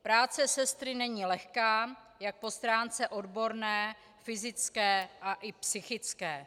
Práce sestry není lehká jak po stránce odborné, fyzické a i psychické.